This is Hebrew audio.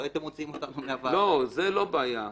לא, זה לא בעיה.